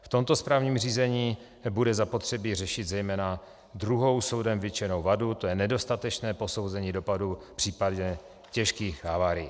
V tomto správním řízení bude zapotřebí řešit zejména druhou soudem vytčenou vadu, to je nedostatečné posouzení dopadu v případě těžkých havárií.